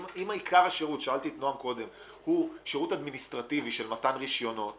אם עיקר השירות הוא שירות אדמיניסטרטיבי של מתן רישיונות